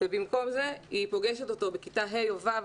ובמקום זה היא פוגשת אותו בכיתה ה' או ו',